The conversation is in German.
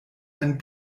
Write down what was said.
ein